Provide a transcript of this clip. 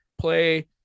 play